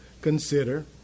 consider